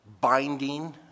binding